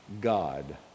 God